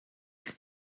eich